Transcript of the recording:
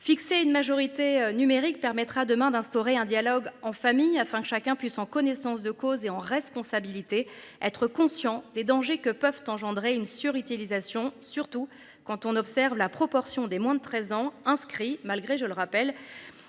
fixer une majorité numérique permettra demain d'instaurer un dialogue en famille afin chacun puisse en connaissance de cause et en responsabilité, être conscient des dangers que peuvent engendrer une sur utilisation surtout quand on observe la proportion des moins de 13 ans inscrits malgré je le rappelle.